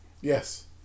yes